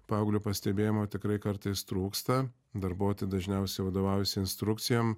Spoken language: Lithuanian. paauglio pastebėjimo tikrai kartais trūksta darbuotojai dažniausiai vadovaujasi instrukcijom